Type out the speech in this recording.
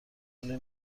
کلی